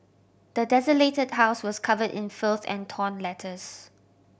the desolated house was cover in filth and torn letters